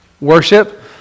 worship